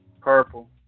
Purple